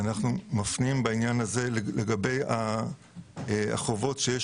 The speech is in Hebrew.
בעניין הזה אנחנו מפנים לגבי החובות שיש